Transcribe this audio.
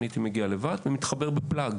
אני הייתי מגיע לבד ומתחבר בפלאג